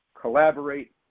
collaborate